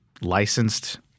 licensed